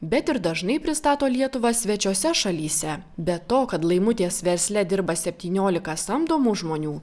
bet ir dažnai pristato lietuvą svečiose šalyse be to kad laimutės versle dirba septyniolika samdomų žmonių